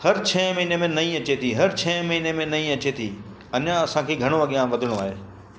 हर छह महीने में नई अचे थी हर छह महीने में नई अचे थी अञा असांखे घणो अॻियां वधिणो आहे